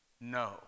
No